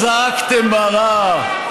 זעקתם מרה?